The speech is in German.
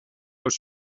aus